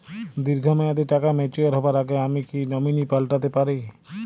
দীর্ঘ মেয়াদি টাকা ম্যাচিউর হবার আগে আমি কি নমিনি পাল্টা তে পারি?